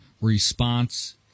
response